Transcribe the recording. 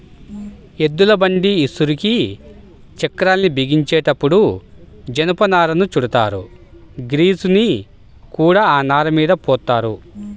ఎద్దుల బండి ఇరుసుకి చక్రాల్ని బిగించేటప్పుడు జనపనారను చుడతారు, గ్రీజుని కూడా ఆ నారమీద పోత్తారు